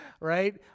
right